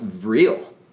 real